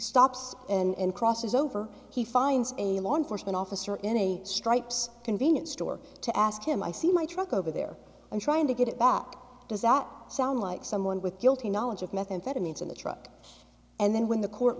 stops and crosses over he finds a law enforcement officer any stripes convenience store to ask him i see my truck over there i'm trying to get it back does that sound like someone with guilty knowledge of methamphetamines in the truck and then when the court